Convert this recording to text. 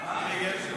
לא הבנתי.